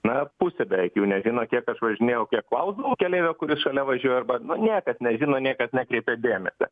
na pusė beveik jų nežino kiek aš važinėjau kiek klausdavau keleivio kuris šalia važiuoja arba niekas nežino niekas nekreipia dėmesio